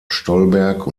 stolberg